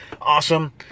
Awesome